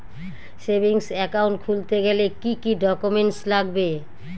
Savings account খুলতে গেলে কি কি ডকুমেন্টস লাগবে?